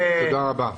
תודה רבה.